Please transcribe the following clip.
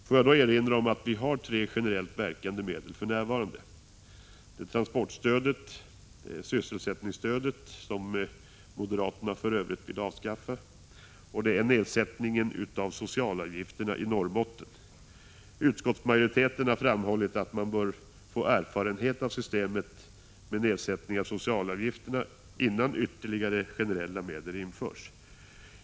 Får jag då erinra om att det för närvarande finns tre generellt verkande medel: transportstödet, sysselsättningsstödet — som moderaterna för övrigt vill avskaffa — och nedsättningen av socialavgifterna i Norrbotten. Utskottsmajoriteten har framhållit att man bör få erfarenheter av systemet med nedsättning av socialavgifterna innan ytterligare generella medel införs.